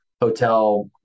hotel